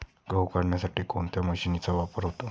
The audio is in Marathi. गहू काढण्यासाठी कोणत्या मशीनचा वापर होतो?